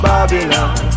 Babylon